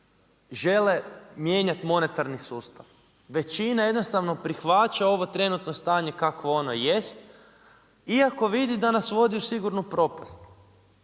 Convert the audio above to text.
žele mijenjat monetarni sustav. Većina jednostavno prihvaća ovo trenutno stanje kakvo ono jest iako vidi da nas vodi u sigurnu propast.